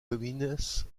comines